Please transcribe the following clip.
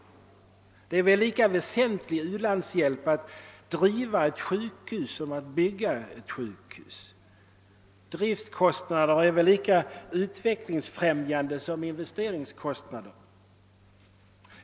Det är väl lika väsentlig u-landshjälp att t.ex. driva ett sjukhus som att bygga ett sjukhus. Driftkostnader är alltså lika utvecklingsfrämjande som investeringskostnader.